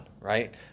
right